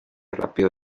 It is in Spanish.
rápido